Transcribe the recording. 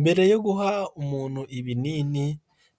Mbere yo guha umuntu ibinini,